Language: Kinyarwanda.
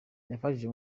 yafashije